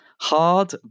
hard